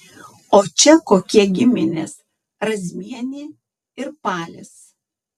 o čia kokie giminės razmienė ir palis